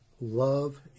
love